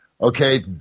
Okay